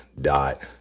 dot